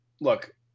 look